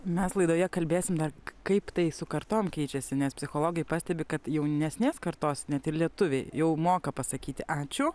mes laidoje kalbėsim dar kaip tai su kartom keičiasi nes psichologai pastebi kad jaunesnės kartos net ir lietuviai jau moka pasakyti ačiū